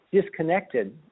disconnected